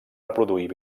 reproduir